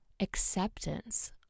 acceptance